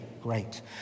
Great